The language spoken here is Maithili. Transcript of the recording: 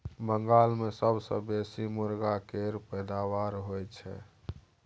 बंगाल मे सबसँ बेसी मुरगा केर पैदाबार होई छै